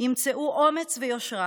ימצאו אומץ ויושרה